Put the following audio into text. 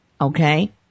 Okay